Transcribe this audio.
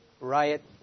riot